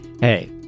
Hey